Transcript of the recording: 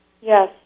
yes